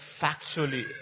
factually